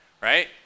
right